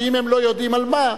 שאם הם לא יודעים על מה,